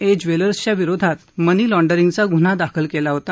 ए ज्वेलसविरोधात मनी लॉण्डरिंगचा गुन्हा दाखल केला होता